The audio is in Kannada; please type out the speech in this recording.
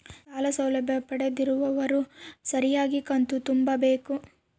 ಸಾಲ ಸೌಲಭ್ಯ ಪಡೆದಿರುವವರು ಸರಿಯಾಗಿ ಕಂತು ತುಂಬಬೇಕು?